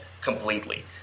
completely